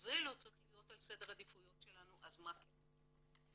ולא צריך להיות סדר העדיפות שלנו, אז מה כן?